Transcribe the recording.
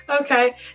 Okay